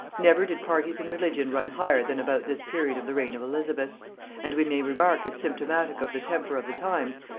never did parties in religion run higher than about this period of the reign of elizabeth and we may remark as symptomatic of the temper of the times,